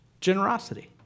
generosity